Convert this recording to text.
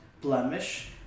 blemish